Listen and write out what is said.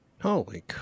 holy